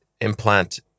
implant